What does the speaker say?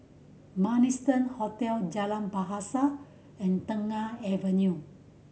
Marrison Hotel Jalan Bahasa and Tengah Avenue